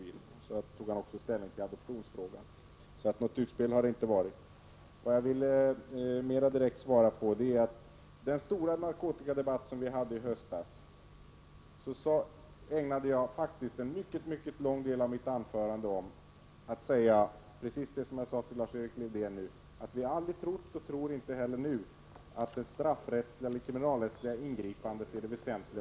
Sedan tog han också ställning till adoptionsfrågan. Så något utspel har det inte varit. Vad jag därutöver ville säga var att i den stora narkotikadebatt som vi hade i höstas ägnade jag faktiskt en mycket stor del i mitt anförande åt att säga precis det som jag sade till Lars-Erik Lövdén nu, att vi aldrig har trott och inte heller nu tror att det kriminalrättsliga ingripandet är det väsentliga.